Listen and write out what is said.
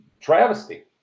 travesty